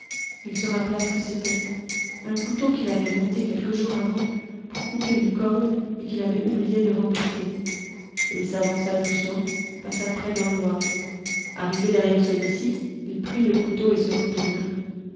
il se rappela ce que c'était un couteau qu'il avait monté quelques jours avant pour couper une corde et qu'il avait oublié de remporter il s'avança doucement passant près d'iiallward arrivé derrière celui-ci il prit le couteau et se retourna